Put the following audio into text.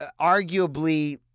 arguably